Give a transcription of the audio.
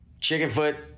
Chickenfoot